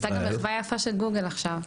הייתה גם מחווה יפה של גוגל עכשיו.